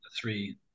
three